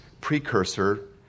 precursor